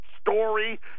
story